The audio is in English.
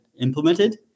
implemented